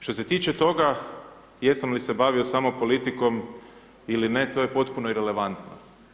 Što se tiče toga jesam li se bavio samo politikom ili ne, to je potpuno irelevantno.